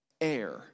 air